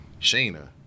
Shayna